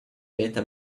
beta